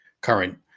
current